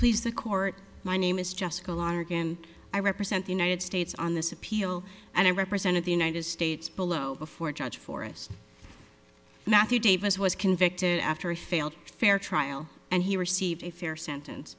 please the court my name is jessica lark and i represent the united states on this appeal and i represented the united states below before judge forrest matthew davis was convicted after a failed fair trial and he received a fair sentence